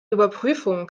überprüfung